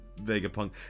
Vegapunk